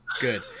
good